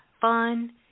fun